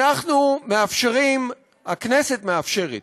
אנחנו מאפשרים, הכנסת מאפשרת,